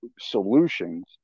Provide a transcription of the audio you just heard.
solutions